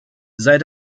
sei